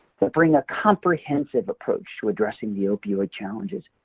that bring a comprehensive approach to addressing the opioid challenges,